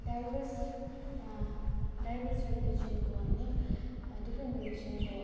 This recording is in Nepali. डाइभर्स डाइभर्स रिलिजनको होइन डिफ्रेन्ट रिलिजनको